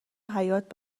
حیات